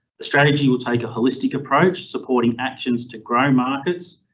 the strategy will take a holistic approach supporting actions to grow markets,